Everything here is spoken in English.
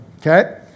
okay